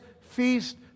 feast